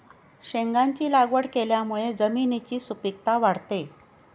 शेंगांची लागवड केल्यामुळे जमिनीची सुपीकता वाढते